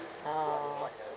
uh